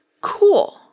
Cool